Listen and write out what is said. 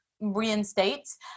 Reinstates